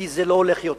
כי זה לא הולך יותר,